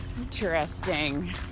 Interesting